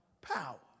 power